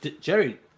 Jerry